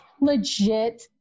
legit